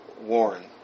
Warren